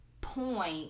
point